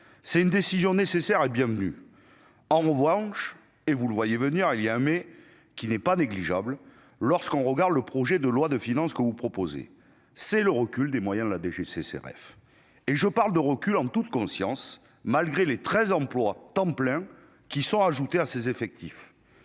c'est une décision nécessaire et bienvenu envoie hanches et vous le voyez venir il y a un mais qui n'est pas négligeable lorsqu'on regarde le projet de loi de finances que vous proposez, c'est le recul des moyens de la DGCCRF et je parle de recul en toute conscience, malgré les 13 emplois temps plein qui sont ajoutés à ses effectifs